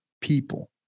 people